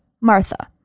Martha